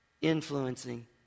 influencing